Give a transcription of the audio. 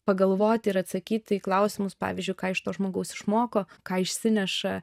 pagalvoti ir atsakyti į klausimus pavyzdžiui ką iš to žmogaus išmoko ką išsineša